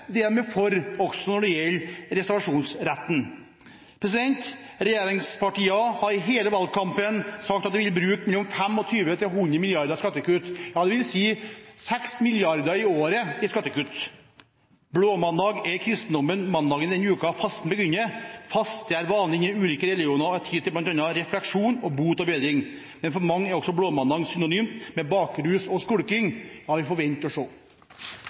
det de er for – også når det gjelder reservasjonsretten. Regjeringspartiene har i hele valgkampen sagt at de ville bruke mellom 25 mrd. kr og 100 mrd. kr til skattekutt, dvs. 6 mrd. kr i året til skattekutt. Blåmandag er i kristendommen mandagen i den uken fasten begynner. Faste er vanlig i ulike religioner og gir tid til bl.a. refleksjon og bot og bedring. Men for mange er også blåmandag synonymt med bakrus og skulking. Vi